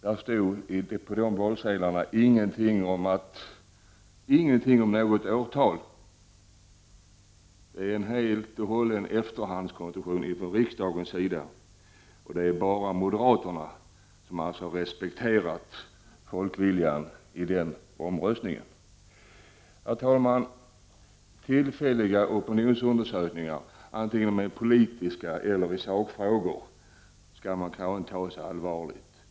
Det stod på valsedlarna i folkomröstningen ingenting om något årtal. Det är helt och hållet en efterhandskonstruktion från riksdagens sida. Det är bara moderaterna som alltså respekterat folkets vilja i folkomröstningen. Herr talman! Tillfälliga opinionsundersökningar, vare sig det gäller politiska frågor eller sakfrågor, skall man kanske inte ta så allvarligt.